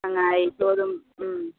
ꯁꯪꯉꯥꯏꯁꯨ ꯑꯗꯨꯝ ꯎꯝ